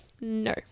no